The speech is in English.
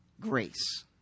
Grace